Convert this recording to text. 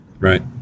Right